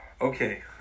Okay